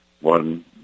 one